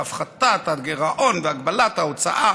להפחתת הגירעון והגבלת ההוצאה,